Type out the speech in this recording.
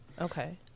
Okay